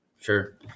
Sure